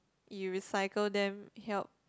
you recycle them help